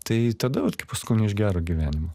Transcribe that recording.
tai tada vat kaip aš sakau ne iš gero gyvenimo